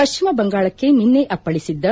ಪಶ್ಚಿಮ ಬಂಗಾಳಕ್ಕೆ ನಿನ್ನೆ ಅಪ್ಪಳಿಸಿದ್ದ